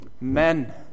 Men